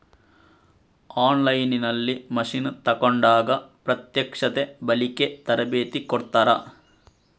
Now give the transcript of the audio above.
On line ನಲ್ಲಿ machine ತೆಕೋಂಡಾಗ ಪ್ರತ್ಯಕ್ಷತೆ, ಬಳಿಕೆ, ತರಬೇತಿ ಕೊಡ್ತಾರ?